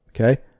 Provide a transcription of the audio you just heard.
Okay